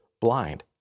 blind